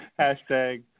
Hashtag